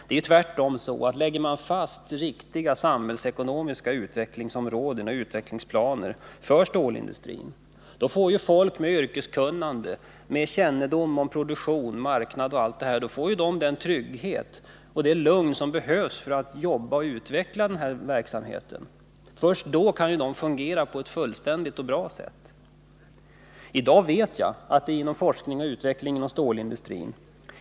Det är tvärtom så, att lägger man fast riktiga samhällsekonomiska utvecklingsområden och utvecklingsplaner för stålindustrin, får folk med yrkeskunnande, kännedom om produktion, marknader och annat den trygghet och det lugn som behövs för att jobba och utveckla verksamheten. Först då kan de fungera på ett bra sätt. Jag vet att utvecklingsprojekt och forskning i dag helt enkelt stoppas inom stålindustrin.